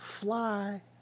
fly